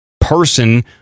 person